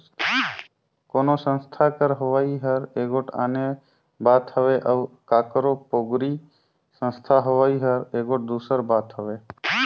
कोनो संस्था कर होवई हर एगोट आने बात हवे अउ काकरो पोगरी संस्था होवई हर एगोट दूसर बात हवे